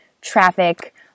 traffic